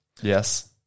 Yes